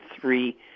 three